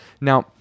now